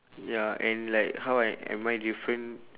ya and like how I am I different